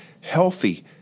healthy